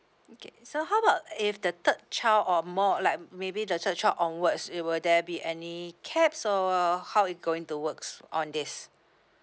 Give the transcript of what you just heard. okay so how about if the third child or more like maybe the third child onwards it will there be any caps or how it going to works on this